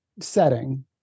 setting